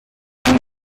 ein